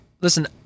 Listen